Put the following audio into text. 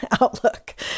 Outlook